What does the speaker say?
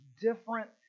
different